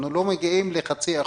אנחנו לא מגיעים ל-0.5%.